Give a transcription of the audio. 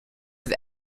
with